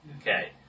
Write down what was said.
Okay